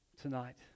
tonight